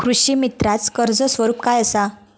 कृषीमित्राच कर्ज स्वरूप काय असा?